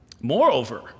Moreover